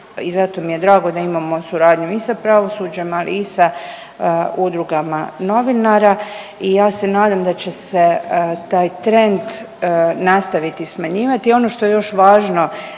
i zato mi je drago da imamo suradnju i sa pravosuđima i sa udrugama novinara. I ja se nadam da će se taj trend nastaviti smanjivati. Ono što je još važno